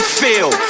feel